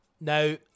Now